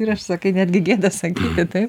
ir aš sakai netgi gėda sakyti taip